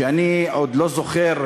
ואני לא זוכר,